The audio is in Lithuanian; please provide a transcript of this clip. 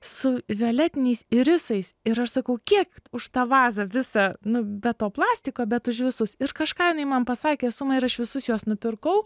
su violetiniais irisais ir aš sakau kiek už tą vazą visą nu be to plastiko bet už visus ir kažką jinai man pasakė sumą ir aš visus juos nupirkau